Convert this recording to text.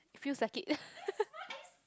feels like it